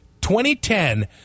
2010